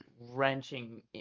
wrenching